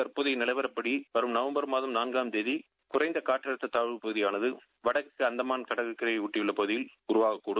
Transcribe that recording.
தற்போதைய நிலவரப்படி வரும் நவம்பர் மாதம் நான்காம் தேகி குற்நக காம்றமுத்த தாம்வுப்பகுதியானது வடக்கு அந்தமான் வடற்கரையை ஒட்டியுள்ள பகுதியில் உருவாகக் கூடும்